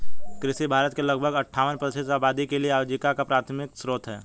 कृषि भारत की लगभग अट्ठावन प्रतिशत आबादी के लिए आजीविका का प्राथमिक स्रोत है